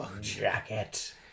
jacket